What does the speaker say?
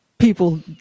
people